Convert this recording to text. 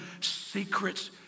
secrets